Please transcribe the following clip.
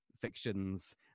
fictions